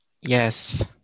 Yes